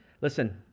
Listen